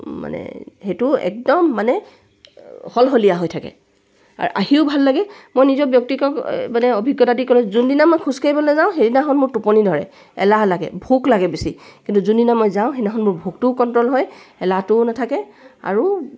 মানে সেইটো একদম মানে সলসলীয়া হৈ থাকে আৰু আহিও ভাল লাগে মই নিজৰ ব্যক্তিগত মানে অভিজ্ঞতাদি ক'লো যোনদিনা মই খোজকাঢ়িবলৈ নাযাওঁ সেইদিনাখন মোৰ টোপনি ধৰে এলাহ লাগে ভোক লাগে বেছি কিন্তু যোনদিনা মই যাওঁ সেইদিনাখন মোৰ ভোকটোও কণ্ট্ৰল হয় এলাহটোও নাথাকে আৰু